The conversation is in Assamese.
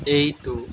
এইটো